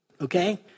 Okay